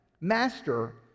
Master